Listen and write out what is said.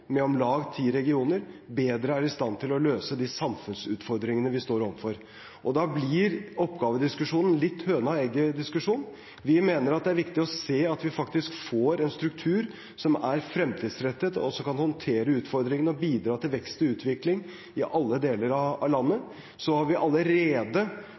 med om lag ti regioner, bedre er i stand til å løse de samfunnsutfordringene vi står overfor. Da blir oppgavediskusjonen litt høna-og-egget-diskusjon. Vi mener at det er viktig å se at vi faktisk får en struktur som er fremtidsrettet, og som kan håndtere utfordringene og bidra til vekst og utvikling i alle deler av landet. Så har vi allerede